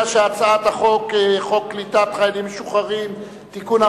ההצעה להעביר את הצעת חוק קליטת חיילים משוחררים (תיקון,